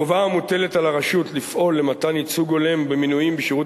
החובה המוטלת על הרשות לפעול למתן ייצוג הולם במינויים בשירות